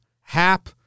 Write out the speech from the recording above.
Hap